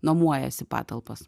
nuomojasi patalpas